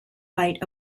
fight